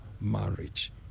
marriage